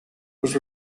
was